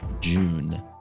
June